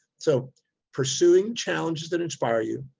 so pursuing challenges that inspire you,